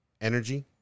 energy